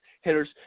hitters